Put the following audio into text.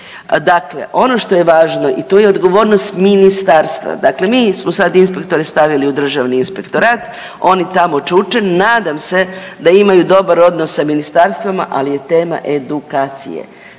dakle ono što je važno i to je odgovornost ministarstva, dakle mi smo sad inspektore stavili u državni inspektorat oni tamo čuče nadam se da imaju dobar odnos sa ministarstvom ali je tema edukacije.